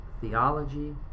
theology